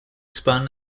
spun